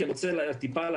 אני רוצה להסביר.